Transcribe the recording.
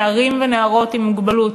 נערים ונערות עם מוגבלות,